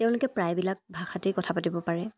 তেওঁলোকে প্ৰায়বিলাক ভাষাতেই কথা পাতিব পাৰে